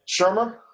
Shermer